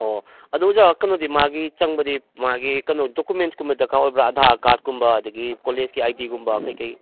ꯑꯣ ꯑꯗꯨ ꯑꯣꯖꯥ ꯀꯩꯅꯣꯗꯤ ꯃꯥꯒꯤ ꯆꯪꯕꯗꯤ ꯃꯥꯒꯤ ꯀꯩꯅꯣ ꯗꯣꯀꯨꯃꯦꯟꯁꯀꯨꯝꯕ ꯗꯔꯀꯥꯔ ꯑꯣꯏꯕ꯭ꯔꯥ ꯑꯙꯥꯔ ꯀꯥꯔꯠꯀꯨꯝꯕ ꯑꯗꯒꯤ ꯀꯣꯂꯦꯖꯀꯤ ꯑꯥꯏꯗꯤꯀꯨꯝꯕ ꯀꯩꯀꯩ